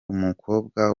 umukobwa